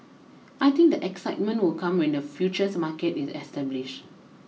I think the excitement will come when the futures market is established